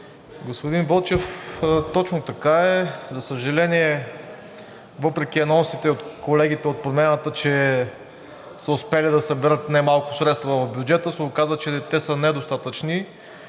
Господин Вълчев, точно така е. За съжаление, въпреки анонсите от колегите от Промяната, че са успели да съберат немалко средства в бюджета, се оказа, че те са недостатъчни